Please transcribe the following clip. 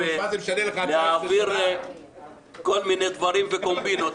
ולהעביר כל מיני דברים וקומבינות.